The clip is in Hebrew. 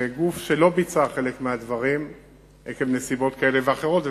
וגוף שלא ביצע חלק מהדברים עקב נסיבות כאלה ואחרות,